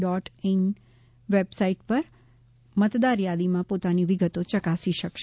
dot in website પર મતદાર યાદીમાં પોતાની વિગતો ચકાસી શકશે